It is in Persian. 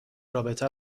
رابطه